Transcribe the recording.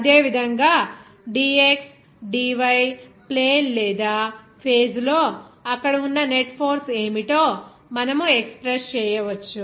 అదేవిధంగా ఈ dxdy plane లేదా ఫేస్ లో అక్కడ ఉన్న నెట్ ఫోర్స్ ఏమిటో మనము ఎక్స్ప్రెస్ చేయవచ్చు